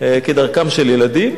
כדרכם של ילדים,